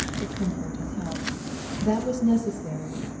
to comfort and help that was necessary,